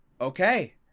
okay